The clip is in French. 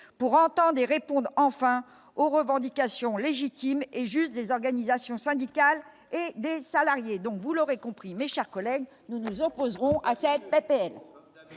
pour entende et réponde enfin aux revendications légitimes et justes, des organisations syndicales et des salariés, donc vous l'aurez compris mes chers collègues, nous nous opposerons à cette PPL.